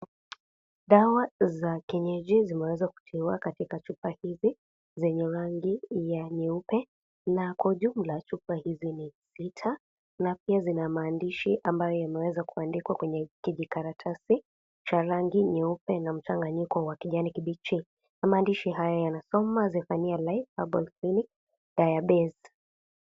Dawa za kienyeji zineweza kutiwa katika chupa hizi lenye rangi nyeupe na kwa juu la chupa hizi ni vita maandishi ambayo inaezaandikwa kwa karatasi kwa rangi nyeupe na mchanganyiko wa kijani kibichi maandishi haya yanaezasomwa kama herbal clinic diabetes .